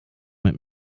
mit